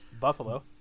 buffalo